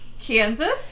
Kansas